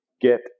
get